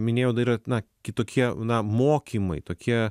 minėjau dar yra na kitokie na mokymai tokie